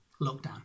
lockdown